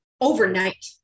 overnight